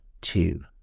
two